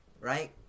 right